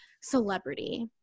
celebrity